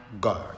God